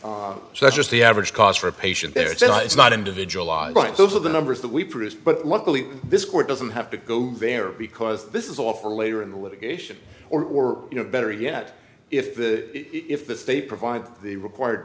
then so that's just the average cost for a patient there so it's not individualized like those are the numbers that we produce but luckily this court doesn't have to go there because this is all for later in the litigation or you know better yet if the if they provide the required